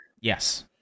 Yes